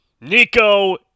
Nico